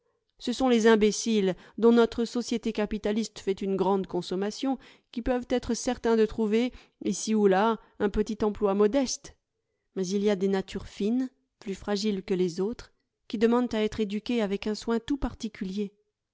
ce sont les imbéciles dont notre société capitaliste fait une grande consommation qui peuvent être certains de trouver ici ou là un petit emploi modeste mais il y a des natures fines plus fragiles que les autres qui demandent à être éduquées avec un soin tout particuher